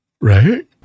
Right